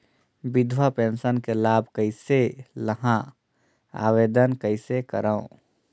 विधवा पेंशन के लाभ कइसे लहां? आवेदन कइसे करव?